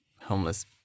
homeless